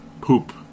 poop